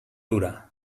dura